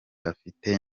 afite